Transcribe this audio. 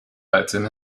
item